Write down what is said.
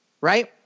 right